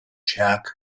czech